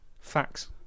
facts